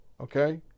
okay